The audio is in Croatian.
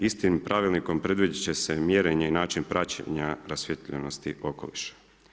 Istim pravilnikom predvidjeti će se mjerenje i način praćenja rasvijetljenosti okoliša.